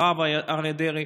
הרב אריה דרעי.